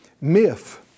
myth